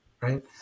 right